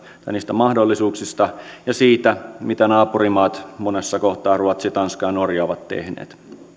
ja niistä mahdollisuuksista ja siitä mitä naapurimaat monessa kohtaa ruotsi tanska ja norja ovat tehneet